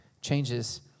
changes